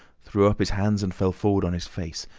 threw up his hands and fell forward on his face,